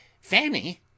Fanny